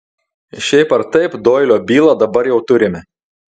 šiaip ar taip doilio bylą dabar jau turime